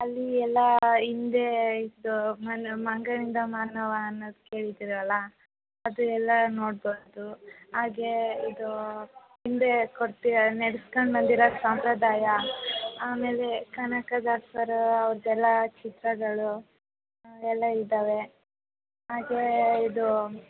ಅಲ್ಲಿ ಎಲ್ಲ ಹಿಂದೆ ಇದು ಮನ್ ಮಂಗನಿಂದ ಮಾನವ ಅನ್ನೋದು ಕೇಳಿದೀರಲ್ಲ ಅದು ಎಲ್ಲ ನೋಡ್ಬೌದು ಹಾಗೇ ಇದು ಹಿಂದೆ ಕೊಟ್ಟು ನಡ್ಸ್ಕಂಡು ಬಂದಿರೋ ಸಂಪ್ರದಾಯ ಆಮೇಲೆ ಕನಕದಾಸರು ಅವರದ್ದೆಲ್ಲ ಚಿತ್ರಗಳು ಎಲ್ಲ ಇದ್ದಾವೆ ಹಾಗೇ ಇದು